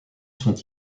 sont